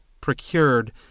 procured